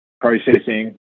processing